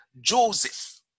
Joseph